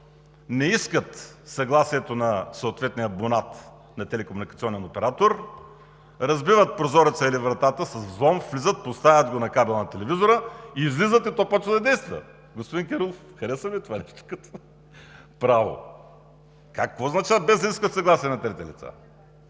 не искат съгласието на съответния абонат, на телекомуникационен оператор, разбиват прозореца или вратата – с взлом влизат, поставят го на кабела на телевизора, излизат и то започва да действа. Господин Кирилов, харесва ли Ви това нещо като право?! Какво означава „без да искат съгласие на трети лица“?